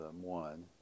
one